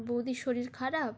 বৌদির শরীর খারাপ